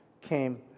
came